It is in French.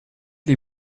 les